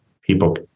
people